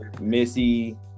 missy